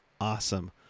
awesome